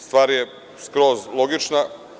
Stvar je skroz logična.